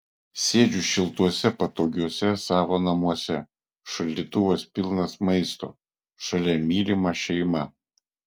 sėdžiu šiltuose patogiuose savo namuose šaldytuvas pilnas maisto šalia mylima šeima